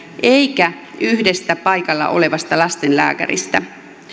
eikä yhdestä paikalla olevasta lastenlääkäristä